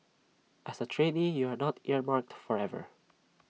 as A trainee you are not earmarked forever